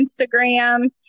Instagram